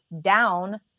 down